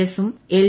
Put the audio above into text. എസും എൽ